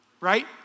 Right